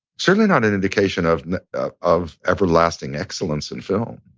certainly not an indication of of everlasting excellence in film.